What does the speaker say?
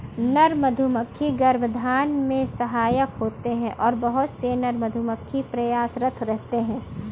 नर मधुमक्खी गर्भाधान में सहायक होते हैं बहुत से नर मधुमक्खी प्रयासरत रहते हैं